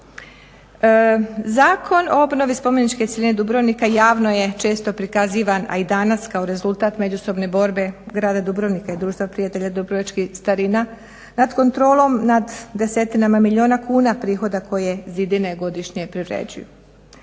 Zakon o obnovi spomeničke cjeline Dubrovnika javno je često prikazivan, a i danas kao rezultat međusobne borbe grada Dubrovnika i Društva prijatelja dubrovačkih starina nad kontrolom nad desetinama milijuna kuna prihoda koje zidine godišnje privređuju.